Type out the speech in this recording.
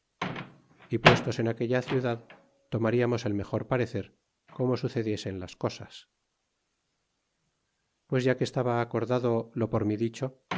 y puestos en aquella ciudad tomariamos el mejor parecer como sucediesen las cosas pues ya que estaba acordado lo por mí dicho